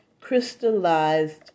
crystallized